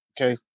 Okay